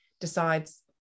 decides